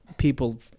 people